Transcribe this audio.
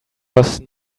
was